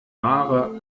ware